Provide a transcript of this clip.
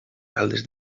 caldes